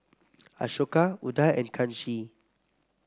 Ashoka Udai and Kanshi